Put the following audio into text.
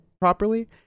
properly